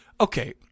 okay